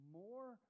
more